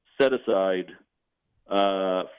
set-aside